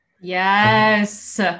yes